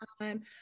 time